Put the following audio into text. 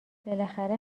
بالاخره